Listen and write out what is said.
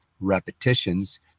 repetitions